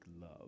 love